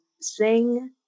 sing